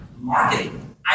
marketing